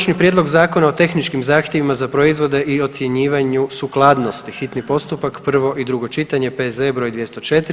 Konačni prijedlog Zakona o tehničkim zahtjevima za proizvode i ocjenjivanju sukladnosti, hitni postupak, prvo i drugo čitanje, P.Z. br. 204.